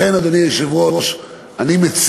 לכן, אדוני היושב-ראש, אני מציע,